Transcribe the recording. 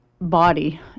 body